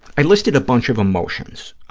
i listed a bunch of emotions,